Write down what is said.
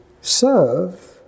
serve